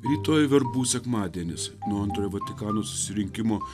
rytoj verbų sekmadienis nuo antrojo vatikano susirinkimo